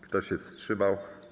Kto się wstrzymał?